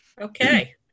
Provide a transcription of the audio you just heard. Okay